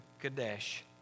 Kadesh